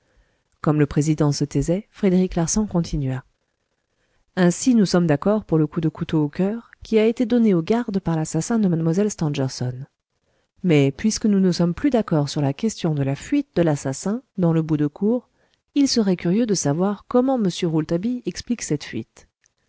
comme le président se taisait frédéric larsan continua ainsi nous sommes d'accord pour le coup de couteau au cœur qui a été donné au garde par l'assassin de mlle stangerson mais puisque nous ne sommes plus d'accord sur la question de la fuite de l'assassin dans le bout de cour il serait curieux de savoir comment m rouletabille explique cette fuite